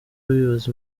bibaza